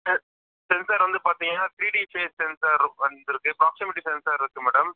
செ சென்சார் வந்து பார்த்தீங்கன்னா த்ரீடி ஃபேஸ் சென்சார் வந்து இருக்குது ப்ராக்ஸிமிட்டி சென்சார் இருக்குது மேடம்